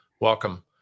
Welcome